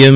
એમ